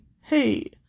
hey